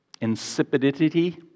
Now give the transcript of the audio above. Insipidity